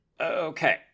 Okay